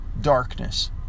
darkness